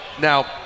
now